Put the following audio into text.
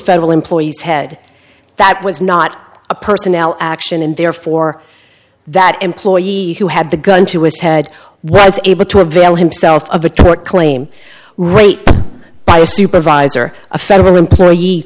federal employees head that was not a personnel action and therefore that employee who had the gun to his head was able to avail himself of a tort claim rate by a supervisor a federal